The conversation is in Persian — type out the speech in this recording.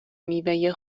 میوه